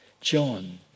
John